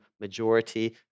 majority